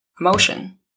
emotion